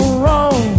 wrong